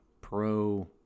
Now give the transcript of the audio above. pro